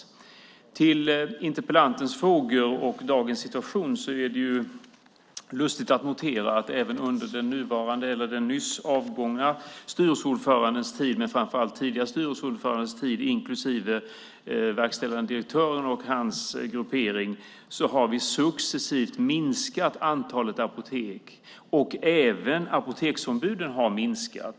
När det gäller interpellantens frågor och dagens situation är det lustigt att notera att även under den nyss avgångna styrelseordförandens tid men framför allt under den tidigare styrelseordförandens tid inklusive verkställande direktören och hans gruppering har vi successivt minskat antalet apotek, och även antalet apoteksombud har minskat.